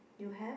you have